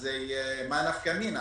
מה נפקא מינה?